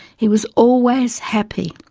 he was always happy,